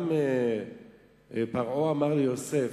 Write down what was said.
גם פרעה אמר ליוסף: